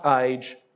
age